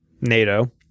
NATO